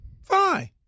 fine